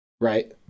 right